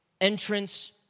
Entrance